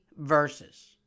verses